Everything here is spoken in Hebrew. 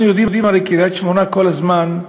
אנחנו יודעים הרי שקריית-שמונה כל הזמן,